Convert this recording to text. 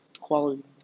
quality